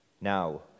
Now